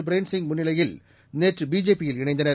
பீரேன்சிங் முன்னிலையில் நேற்று பிஜேபியில் இணந்தனர்